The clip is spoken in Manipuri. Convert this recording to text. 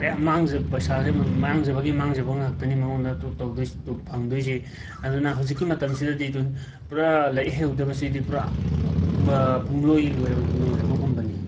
ꯄꯌꯥꯝ ꯃꯥꯡꯖ ꯄꯩꯁꯥꯖꯦ ꯃ ꯃꯥꯡꯖꯕꯒꯤ ꯃꯥꯡꯖꯕ ꯉꯥꯛꯇꯅꯤ ꯃꯉꯣꯟꯗ ꯇ ꯇꯧꯗꯣꯏꯁꯦ ꯐꯪꯗꯣꯏꯁꯦ ꯑꯗꯨꯅ ꯍꯧꯖꯤꯛꯀꯤ ꯃꯇꯝꯁꯤꯗꯗꯤ ꯇꯣꯏ ꯄꯨꯔꯥ ꯂꯥꯏꯔꯤꯛ ꯍꯩꯍꯧꯗꯕꯁꯤꯗꯤ ꯄꯨꯔꯥ ꯄꯨꯝꯂꯣꯏ ꯂꯣꯏꯔꯕ ꯂꯣꯏꯔꯕꯒꯨꯝꯕꯅꯤ